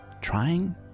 trying